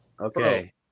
okay